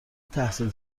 تحصیل